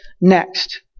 next